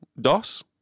Dos